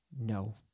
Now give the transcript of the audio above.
no